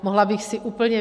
Mohla bych si úplně...